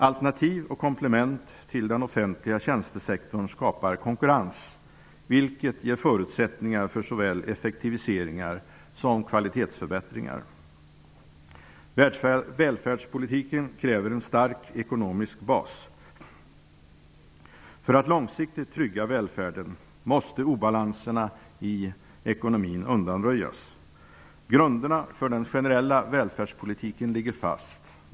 Alternativ och komplement till den offentliga tjänstesektorn skapar konkurrens, vilket ger förutsättningar för såväl effektiviseringar som kvalitetsförbättringar. Välfärdspolitiken kräver en stark ekonomisk bas. För att långsiktigt trygga välfärden måste obalanserna i ekonomin undanröjas. Grunderna för den generella välfärdspolitiken ligger fast.